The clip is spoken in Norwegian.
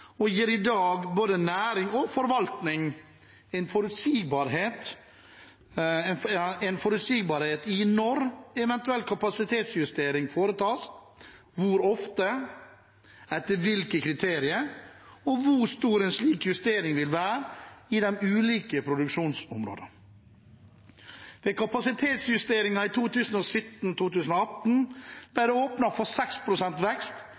og gir i dag både næring og forvaltning forutsigbarhet for når eventuell kapasitetsjustering foretas, hvor ofte, etter hvilke kriterier, og hvor stor en slik justering vil være i de ulike produksjonsområdene. Ved kapasitetsjusteringen i 2017–2018 ble det åpnet for 6 pst. vekst